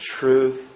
truth